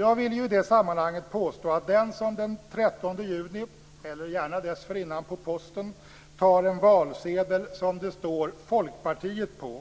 Jag vill i det sammanhanget påstå att den som den 13 juni, eller gärna dessförinnan på Posten, tar en valsedel som det står Folkpartiet på